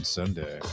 Sunday